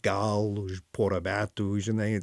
gal už porą metų žinai